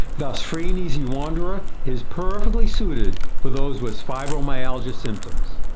thus free and easy wanderer is perfectly suited for those with fibromyalgia symptoms.